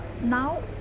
now